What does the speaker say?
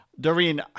Doreen